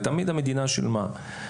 ותמיד המדינה שילמה.